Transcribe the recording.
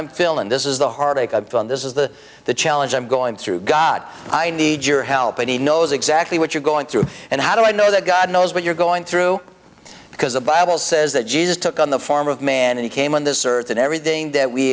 and this is the heartache of fun this is the the challenge i'm going through god i need your help and he knows exactly what you're going through and how do i know that god knows what you're going through because the bible says that jesus took on the form of man and came on this earth and everything that we